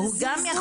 זה זלזול